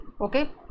okay